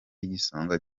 igisonga